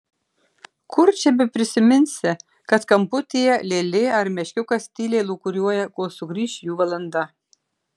kur čia beprisiminsi kad kamputyje lėlė ar meškiukas tyliai lūkuriuoja kol sugrįš jų valanda